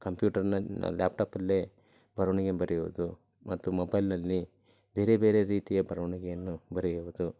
ಕಂಪ್ಯೂಟರಿನ ಲ್ಯಾಪ್ಟಾಪಲ್ಲೇ ಬರವಣಿಗೆ ಬರೆಯುವುದು ಮತ್ತು ಮೊಬೈಲಿನಲ್ಲಿ ಬೇರೆ ಬೇರೆ ರೀತಿಯ ಬರವಣಿಗೆಯನ್ನು ಬರೆಯುವುದು